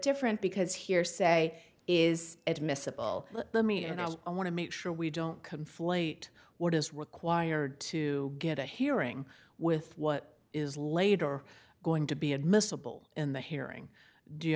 different because hearsay is admissible the me and i was i want to make sure we don't conflate what is required to get a hearing with what is laid or going to be admissible in the hearing do you